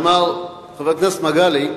הדבר השני שאמר חבר הכנסת מגלי,